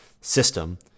system